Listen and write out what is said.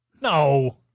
No